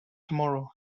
tomorrow